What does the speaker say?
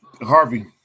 Harvey